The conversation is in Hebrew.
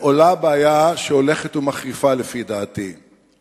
עולה בעיה שהולכת ומחריפה, לפי דעתי.